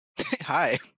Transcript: Hi